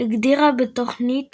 הגדירה בתוכנית